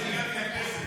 כשהגעתם לכנסת?